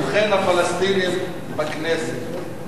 אלדד הוא, הפלסטינים בכנסת.